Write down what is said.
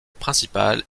principale